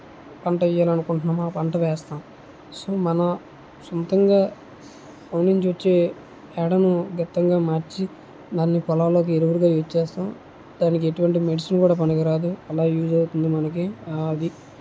పంట వెయ్యాలి అనుకుంటునామో ఆ పంట వేస్తాం సో మన సొంతంగా ఊరు నుంచి వచ్చి ఎడము గెత్తంగా మార్చి దానిని పొలంలోకి ఎరువుగా యూజ్ చేస్తాం దానికి ఎటువంటి మెడిసిన్ కూడా పనికిరాదు అలా యూజ్ అవుతుంది మనకి అది